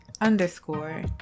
underscore